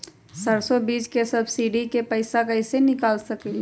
सरसों बीज के सब्सिडी के पैसा कईसे निकाल सकीले?